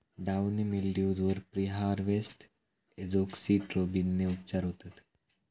downy mildews वर preharvest एजोक्सिस्ट्रोबिनने उपचार होतत